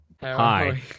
Hi